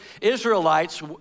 Israelites